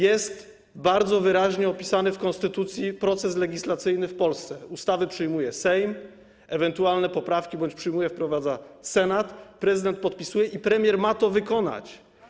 Jest bardzo wyraźnie opisany w konstytucji proces legislacyjny w Polsce: ustawy przyjmuje Sejm, ewentualne poprawki wprowadza Senat, prezydent to podpisuje i premier ma to wykonać.